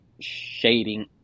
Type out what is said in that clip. shading